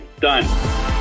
done